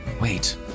Wait